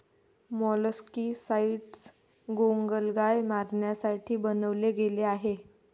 molluscicides गोगलगाय मारण्यासाठी बनवले गेले आहे